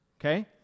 okay